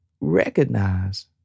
recognize